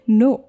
no